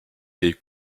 est